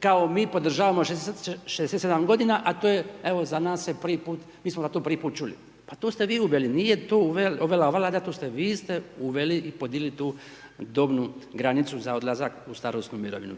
kao mi podržavamo 67 g. a to je evo za nas je prvi put, mi smo ga tu prvi put čuli. To ste vi uveli, nije uvela to ova vlada, to ste vi, vi ste uveli podigli tu dobnu granicu za odlazak u starosnu mirovinu.